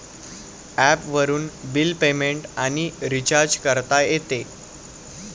ॲपवरून bill payment आणि recharge करता येते